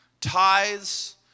tithes